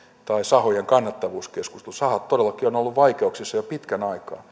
tai sahojen kannattavuuskeskustelussa kun sahat todellakin ovat olleet vaikeuksissa jo pitkän aikaa